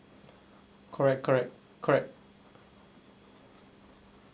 correct correct correct